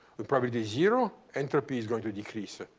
with probability zero, entropy is going to decrease.